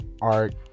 art